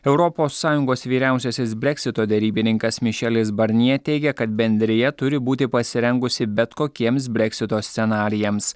europos sąjungos vyriausiasis breksito derybininkas mišelis barnjė teigia kad bendrija turi būti pasirengusi bet kokiems breksito scenarijams